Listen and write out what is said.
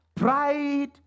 Pride